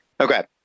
Okay